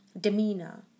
demeanor